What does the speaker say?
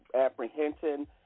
apprehension